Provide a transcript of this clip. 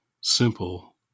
simple